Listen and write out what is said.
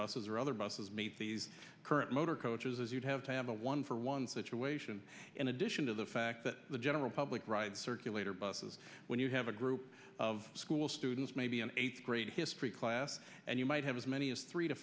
buses or other buses made these current motor coaches you'd have to have a one for one situation in addition to the fact that the general public rides circulator buses when you have a group of school students maybe an eighth grade history class and you might have as many as three to